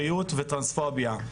בריאות וטרנספוביה.